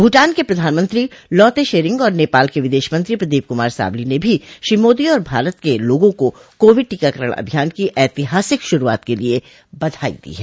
भूटान के प्रधानमंत्री लौते शेरिंग और नेपाल के विदेश मंत्री प्रदीप कुमार सावली ने भी श्री मोदी और भारत के लोगों को कोविड टीकाकरण अभियान की ऐतिहासिक शुरूआत के लिए बधाई दी है